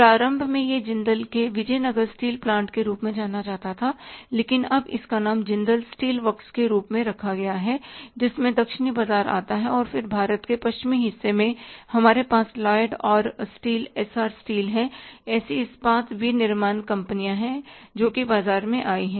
प्रारंभ में यह जिंदल के विजयनगर स्टील प्लांट के रूप में जाना जाता था लेकिन अब इसका नाम जिंदल स्टील वर्क्स के रूप में रखा गया है जिसमें दक्षिणी बाजार आता है और फिर भारत के पश्चिमी हिस्से में हमारे पास लॉयड और स्टील एस आर स्टील हैऐसी इस्पात विनिर्माण कंपनियां हैं बाजार में आई है